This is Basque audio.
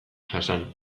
jasan